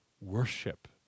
worship